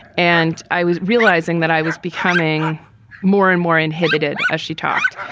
and i was realizing that i was becoming more and more inhibited as she talked.